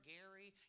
Gary